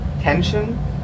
tension